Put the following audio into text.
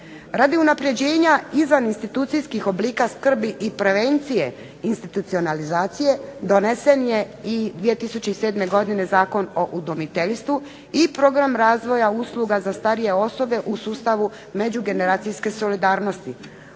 Radi unapređenja izvan institucijskih oblika skrbi i prevencije institucionalizacije donesen je i 2007. godine Zakon o udomiteljstvu i program razvoja usluga za starije osobe u sustavu međugeneracijske solidarnosti.